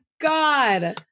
God